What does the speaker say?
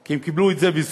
כי הם קיבלו את זה בזכות.